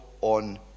on